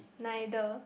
neither